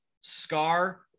Scar